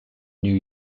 new